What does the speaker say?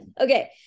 okay